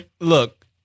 Look